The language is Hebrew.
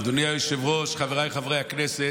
אדוני היושב-ראש, חבריי חברי הכנסת,